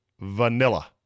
Vanilla